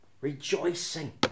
rejoicing